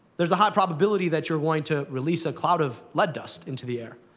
there's a high probability that you're going to release a cloud of lead dust into the air.